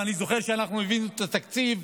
ואני זוכר שכשאנחנו הבאנו את התקציב,